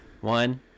One